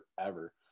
forever